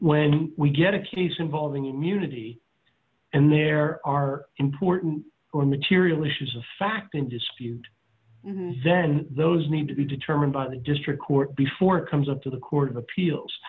when we get a case involving immunity and there are important or material issues of fact in dispute then those need to be determined by the district court before comes up to the court of appeals